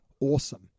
awesome